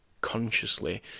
consciously